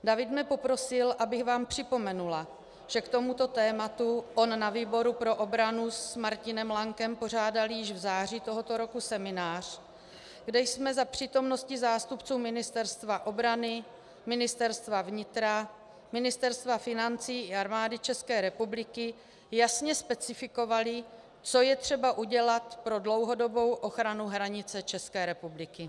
David mne poprosil, abych vám připomněla, že k tomuto tématu on na výboru pro obranu s Martinem Lankem pořádali již v září tohoto roku seminář, kde jsme za přítomnosti zástupců Ministerstva obrany, Ministerstva vnitra, Ministerstva financí i Armády České republiky jasně specifikovali, co je třeba udělat pro dlouhodobou ochranu hranice České republiky.